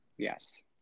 Yes